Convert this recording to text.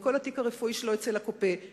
וכל התיק הרפואי שלו אצל הרופא,